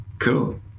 Cool